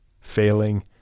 failing